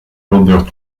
robert